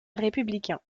républicain